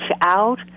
out